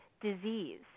disease